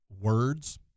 words